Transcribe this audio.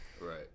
Right